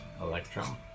Electron